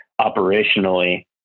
operationally